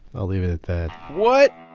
i'll leave it at that what?